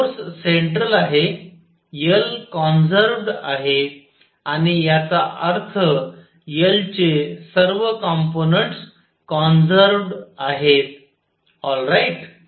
force central आहे L conserved आहे आणि याचा अर्थ L चे सर्व कॉम्पोनन्ट्स कॉन्सर्व्हड आहेत ऑल राईट